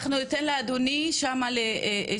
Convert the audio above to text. אנחנו ניתן לאדוני שם לדבר,